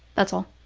that's all.